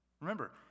Remember